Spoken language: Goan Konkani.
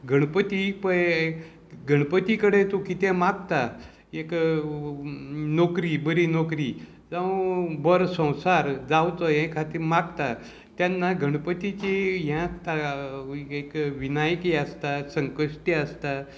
गणपती पय गणपती कडे तूं कितें मागता एक नोकरी बरी नोकरी जावं बरो संवसार जावचो हें खातीर मागता तेन्ना गणपतीची हे आसता एक विनायकी आसता संकश्टी आसता